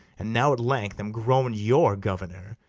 and now at length am grown your governor,